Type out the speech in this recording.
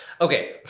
Okay